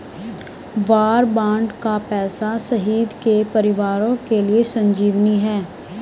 वार bond का पैसा शहीद के परिवारों के लिए संजीवनी है